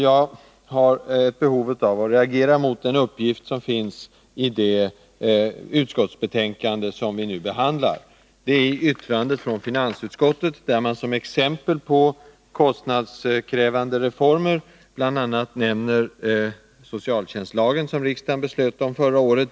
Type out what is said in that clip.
Jag har behov av att reagera mot en uppgift som finns i det utskottsbetänkande som vi nu behandlar. i Det gäller yttrandet från finansutskottet, där man som exempel på kostnadskrävande reformer bl.a. nämner socialtjänstlagen, som riksdagen beslöt om förra året.